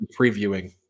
previewing